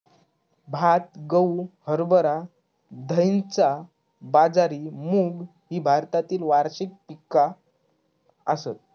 भात, गहू, हरभरा, धैंचा, बाजरी, मूग ही भारतातली वार्षिक पिका आसत